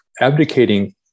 abdicating